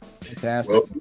Fantastic